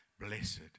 blessed